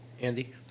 Andy